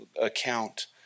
account